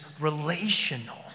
relational